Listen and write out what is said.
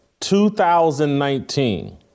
2019